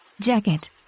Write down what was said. jacket